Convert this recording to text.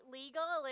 legal